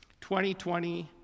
2020